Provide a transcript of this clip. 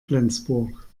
flensburg